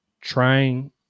trying